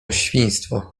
świństwo